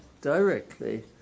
directly